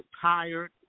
tired